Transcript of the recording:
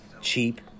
cheap